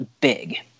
big